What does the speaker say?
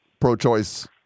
pro-choice